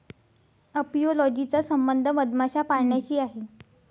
apiology चा संबंध मधमाशा पाळण्याशी आहे